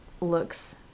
looks